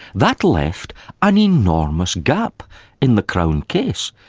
that left an enormous gap in the crown case,